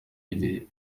iri